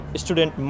student